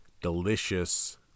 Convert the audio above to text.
delicious